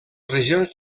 regions